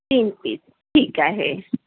तीन पीस ठीक आहे